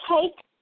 take